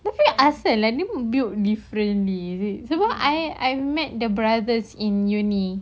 tapi asal dia build differently is it sebab I I met the brothers in uni